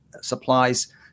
supplies